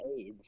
Aids